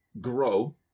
grow